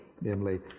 namely